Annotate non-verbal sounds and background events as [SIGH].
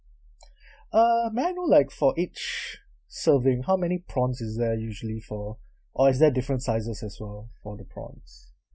[BREATH] uh may I know like for each serving how many prawns is there usually for or is there different sizes as well for the prawns